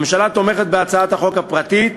הממשלה תומכת בהצעת החוק הפרטית